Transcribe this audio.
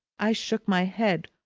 i shook my head,